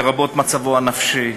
לרבות מצבו הנפשי,